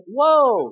Whoa